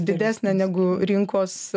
didesnę negu rinkos